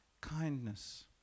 kindness